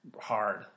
hard